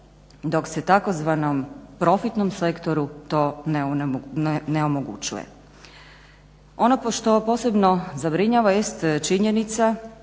dok se tzv. profitnom sektoru to ne omogućuje. Ono što posebno zabrinjava jeste činjenica